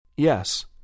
Yes